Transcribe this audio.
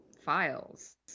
files